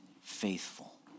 faithful